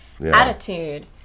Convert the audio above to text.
attitude